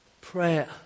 prayer